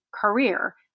career